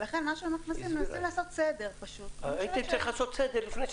כך שאנחנו פשוט מנסים לעשות סדר בין הדברים.